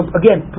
again